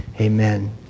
amen